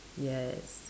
yes